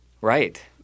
right